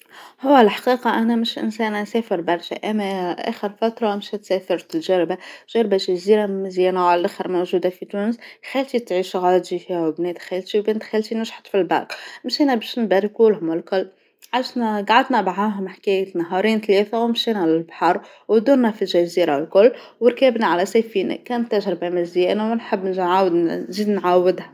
هو الحقيقة أنا مش إنسانة أسافر برشا، أنا آخر فترة مشيت سافرت الجربة، الجربة شي زينة مزيانة وعلى الآخر موجودة في تونس، خالتى تعيش عاتشى فيها وبنات خالتي، وبنت خالتي نجحت في الباك، مشينا باش نباركو لهم الكل عشنا قعدنا معاهم حكايت نهارين ثلاثة ومشينا للبحر ودونا في جزيرة الكل وركبنا على سفينة كانت تجربة مزيانة ونحب نعاود نزيد نعاودها.